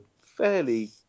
fairly